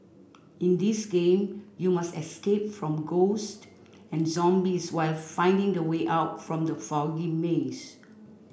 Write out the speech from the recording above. in this game you must escape from ghost and zombies while finding the way out from the foggy maze